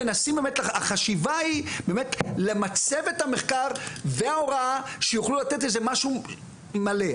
החשיבה היא באמת למצב את המחקר וההוראה שיוכלו לתת איזה משהו מלא,